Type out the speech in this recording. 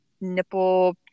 nipple